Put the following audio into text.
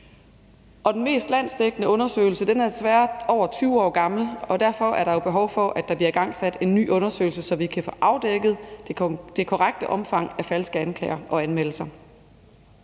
Den mest landsdækkende undersøgelse er desværre over 20 år gammel, og derfor er der jo behov for, at der bliver igangsat en ny undersøgelse, så vi kan få afdækket det korrekte omfang af falske anklager og anmeldelser.